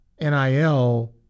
NIL